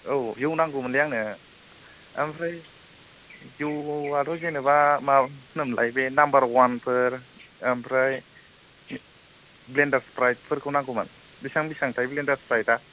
औ जौ नांगौ मोनलै आंनो ओमफ्राय जौआथ' जेन'बा माबा नाममोनलाय बे नाम्बार वानफोर ओमफ्राय ब्लेनदार सिफ्राइथ फोर फोरखौ नांगौमोन बेसेबां बेसेबां थाय ब्लेनदार सिफ्राइथ या